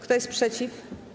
Kto jest przeciw?